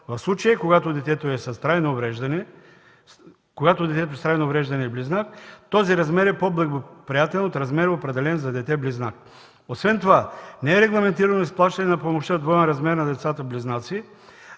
дете, тоест сто лева. В случаи, когато детето с трайно увреждане е близнак, този размер е по-благоприятен от размера, определен за дете-близнак. Освен това не е регламентирано изплащане на помощта в двоен размер на децата близнаци,